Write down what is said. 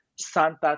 Santa